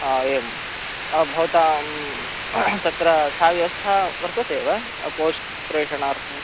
आम् एवं भवतां तत्र सा व्यवस्था वर्तते वा पोस्ट् प्रेशणार्थं